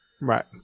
right